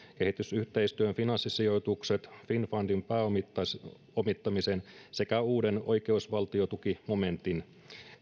kehitysyhteistyön finanssisijoitukset finnfundin pääomittamisen pääomittamisen sekä uuden oikeusvaltiotukimomentin